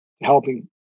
helping